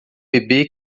bebê